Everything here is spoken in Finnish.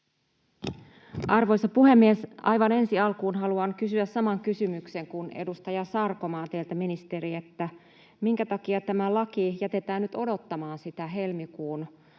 Arvoisa puhemies! Aivan ensi alkuun haluan kysyä saman kysymyksen kuin edustaja Sarkomaa, teiltä ministeri: minkä takia tämä laki jätetään nyt odottamaan sitä helmikuun